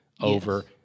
over